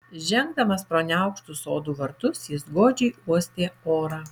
žengdamas pro neaukštus sodų vartus jis godžiai uostė orą